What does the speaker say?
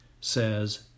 says